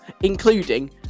including